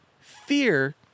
Fear